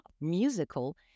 musical